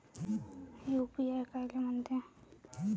UPI कायले म्हनते?